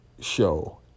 show